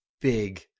big –